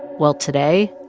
well, today,